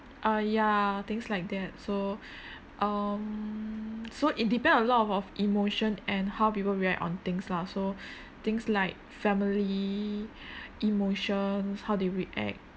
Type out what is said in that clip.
uh ya things like that so um so it depend a lot of of emotion and how people react on things lah so things like family emotions how they react